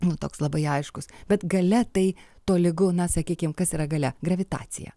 nu toks labai aiškus bet gale tai tolygu na sakykim kas yra galia gravitacija